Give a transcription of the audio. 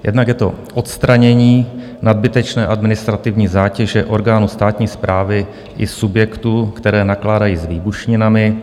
Jednak je to odstranění nadbytečné administrativní zátěže orgánů státní správy i subjektů, které nakládají s výbušninami.